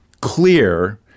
clear